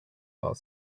while